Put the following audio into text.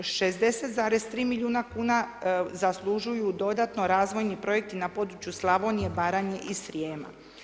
60,3 milijuna kuna zaslužuju dodatno razvojni projekti na području Slavonije, Baranje i Srijema.